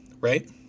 right